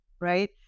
right